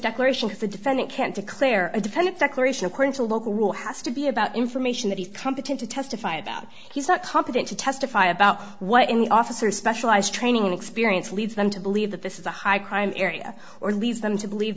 declaration that the defendant can't declare a defendant declaration according to local rule has to be about information that he's competent to testify about he's not competent to testify about what in the office or specialized training and experience leads them to believe that this is a high crime area or leads them to believe